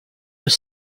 your